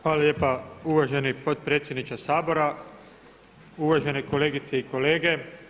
Hvala lijepa uvaženi potpredsjedniče Sabora, uvažene kolegice i kolege.